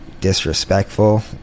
disrespectful